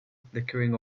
flickering